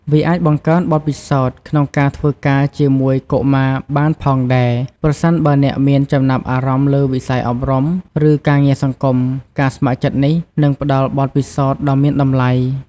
វាអាចបង្កើនបទពិសោធន៍ក្នុងការធ្វើការជាមួយកុមារបានផងដែរ ប្រសិនបើអ្នកមានចំណាប់អារម្មណ៍លើវិស័យអប់រំ ឬការងារសង្គម ការស្ម័គ្រចិត្តនេះនឹងផ្ដល់បទពិសោធន៍ដ៏មានតម្លៃ។